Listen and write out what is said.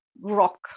rock